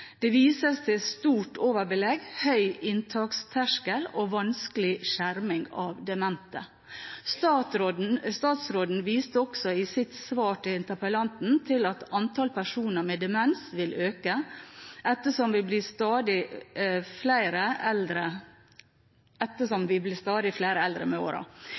Det vises til stort overbelegg, høy inntaksterskel og vanskelig skjerming av demente. Statsråden viste også i sitt svar til interpellanten til at antall personer med demens vil øke, ettersom vi blir stadig flere eldre